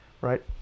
right